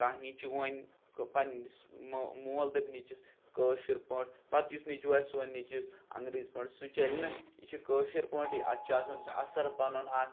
کانٛہہ نیٚچوٗ وَنہِ پنٛںِس مٔ مول دَپہِ نیٚچوِس کٲشِر پٲٹھۍ پَتہٕ یُس نیٚچوٗ آسہِ سُہ وَنہِ نیٚچوِس انٛگریٖز پٲٹھۍ سُہ چَلہِ نہٕ یہِ چھِ کٲشِر پٲٹھی اَتھ چھُ آسان سُہ اثر پَنُن اَکھ